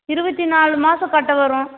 இருபத்தி நாலு மாதம் கட்ட வரும்